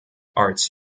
arts